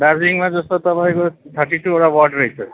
दार्जिलिङमा जस्तो तपाईँको थर्टी टुवटा वार्ड रहेछ